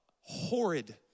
horrid